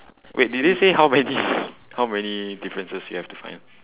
wait did they say how many how many differences you have to find